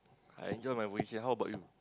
I enjoy my position how about you